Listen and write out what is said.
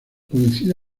coincide